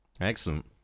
Excellent